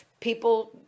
people